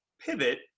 pivot